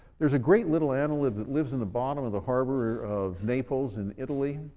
there's a great little annelid that lives in the bottom of the harbor of naples in italy,